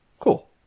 Cool